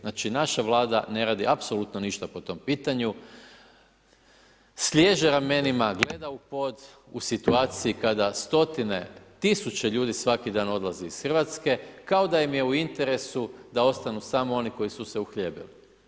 Znači naša vlada ne radi apsolutno ništa po tom pitanju, sliježe ramena, gleda u pod u situaciju kada stotine tisuće ljudi svaki dan odlaze iz Hrvatske, kao da im je u interesu da ostanu samo oni koji su se uhljebili.